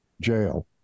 jail